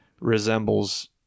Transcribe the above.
resembles